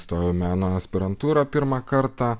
stojau į meno aspirantūrą pirmą kartą